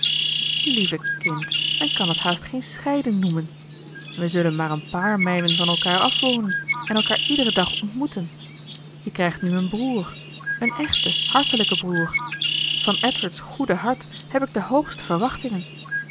lieve kind men kan het haast geen scheiding noemen we zullen maar een paar mijlen van elkaar af wonen en elkaar iederen dag ontmoeten je krijgt nu een broer een echten hartelijken broer van edward's goede hart heb ik de hoogste verwachtingen